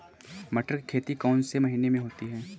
मटर की खेती कौन से महीने में होती है?